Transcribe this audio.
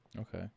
Okay